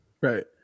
Right